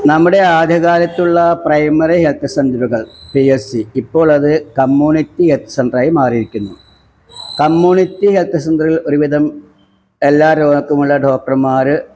നമ്മുടെ ആദ്യ കാലത്തുള്ള പ്രൈമറി ഹെല്ത്ത് സെന്ററുകള് പി എച്ച് സി ഇപ്പോള് അത് കമ്മ്യൂണിറ്റി ഹെല്ത്ത് സെന്ററായി മാറിയിരിക്കുന്നു കമ്മ്യൂണിറ്റി ഹെല്ത്ത് സെന്ററില് ഒരു വിധം എല്ലാ രോഗങ്ങൾക്കുമുള്ള ഡോക്ടര്മാർ